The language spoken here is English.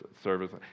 service